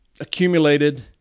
accumulated